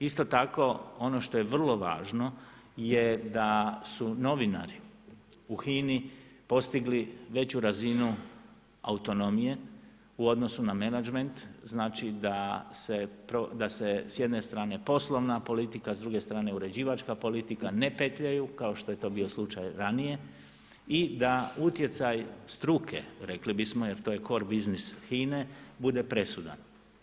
Isto tako ono što je vrlo važno je da su novinari u HINA-i postigli veću razinu autonomije u odnosu na menadžment, znači da se s jedne strane poslovna politika, s druge strane uređivačka politika ne petljaju kao što je to bio slučaj ranije i da utjecaj struke rekli bismo jer to je core biznis HINA-e bude presudan.